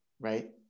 right